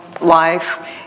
life